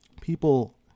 people